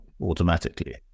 automatically